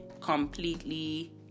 completely